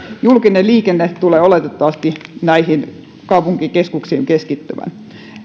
julkinen liikenne tulee oletettavasti näihin kaupunkikeskuksiin keskittymään